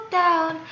down